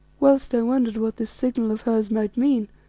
whilst i wondered what this signal of hers might mean,